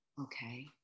Okay